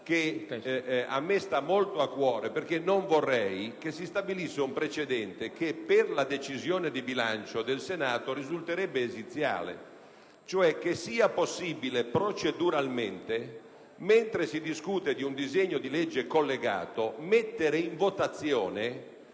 che a me sta molto a cuore, perché non vorrei che si stabilisse un precedente che per la decisione di bilancio del Senato risulterebbe esiziale, cioè che sia possibile proceduralmente, mentre si discute di un disegno di legge collegato, mettere in votazione